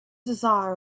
desire